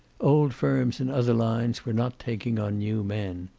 old firms in other lines were not taking on new men.